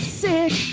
sick